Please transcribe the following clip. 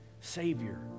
Savior